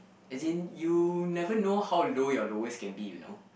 as in you never know how low your lowest can be you know